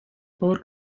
power